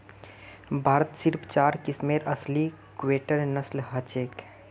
भारतत सिर्फ चार किस्मेर असली कुक्कटेर नस्ल हछेक